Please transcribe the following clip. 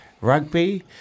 Rugby